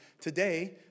Today